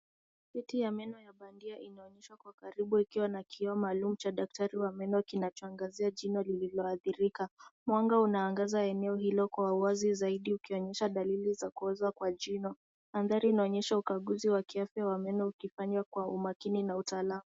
Kitu ya meno ya bandia inaonyeshwa kwa karibu ikiwa na kioo maalum cha daktari wa meno kinachoangazia jino lililoathirika. Mwanga unaangaza eneo hilo kwa uwazi zaidi ukionyesha dalili za kuoza kwa jino. Mandhari inaonyesha ukaguzi wa kiafya wa meno ukifanywa kwa umakini na utaalamu.